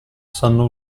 sanno